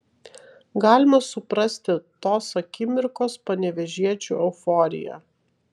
galima suprasti tos akimirkos panevėžiečių euforiją